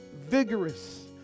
vigorous